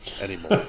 anymore